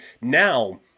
now